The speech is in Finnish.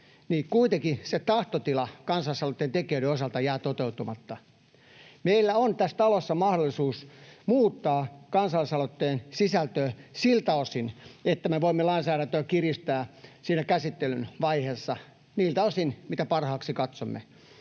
kuitenkin se tahtotila kansalaisaloitteen tekijöiden osalta jää toteutumatta. Meillä on tässä talossa mahdollisuus toteuttaa kansalaisaloitteen sisältöä siltä osin, että me voimme lainsäädäntöä kiristää siinä käsittelyn vaiheessa niiltä osin, mitä parhaaksi katsomme.